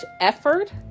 effort